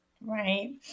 Right